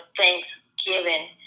thanksgiving